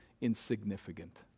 Insignificant